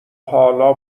حالا